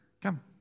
Come